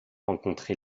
rencontré